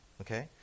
okay